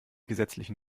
gesetzlichen